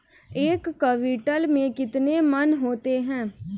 एक क्विंटल में कितने मन होते हैं?